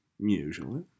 usually